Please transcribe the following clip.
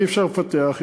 אם אי-אפשר לפתח,